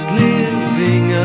living